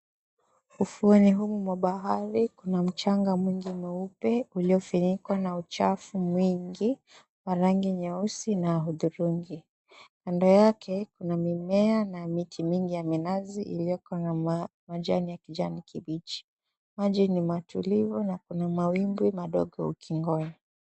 Ufuoni humu mwa bahari kuna mchanga mwingi mweupe uliofunikwa na uchafu mwingi wa rangi nyeusi na hudhurungi. Kando yake kuna mimea na miti mingi ya minazi iliyokuwa na majani ya kijani kibichi. Maji yametulia na kuna mawimbi madogo ukingoni.